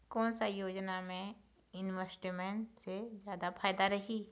कोन सा योजना मे इन्वेस्टमेंट से जादा फायदा रही?